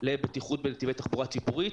לבטיחות בנתיבי תחבורה ציבורית,